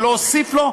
ולהוסיף לו,